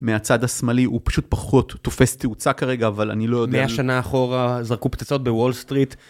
מהצד השמאלי הוא פשוט פחות תופס תאוצה כרגע אבל אני לא יודע מאה שנה אחורה זרקו פצצות בוול סטריט.